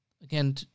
Again